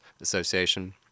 Association